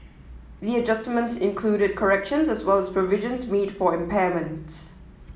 the adjustments included corrections as well as provisions mid for impairment